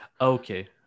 Okay